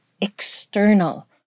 external